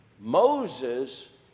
moses